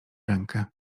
rękę